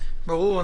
ברור.